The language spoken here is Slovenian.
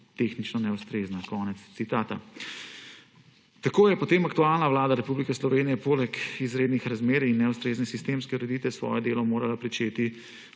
Konec citata. Tako je potem aktualna vlada Republike Slovenije poleg izrednih razmer in neustrezne sistemske ureditve svoje delo morala začeti